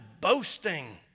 boasting